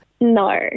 no